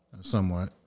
Somewhat